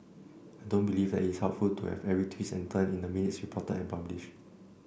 I don't believe that it is helpful to have every twist and turn in the minutes reported and publish